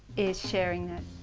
is sharing that.